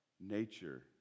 nature